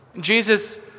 Jesus